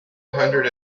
hundred